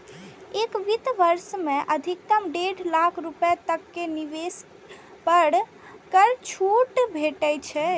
एक वित्त वर्ष मे अधिकतम डेढ़ लाख रुपैया तक के निवेश पर कर छूट भेटै छै